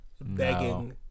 Begging